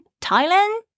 Thailand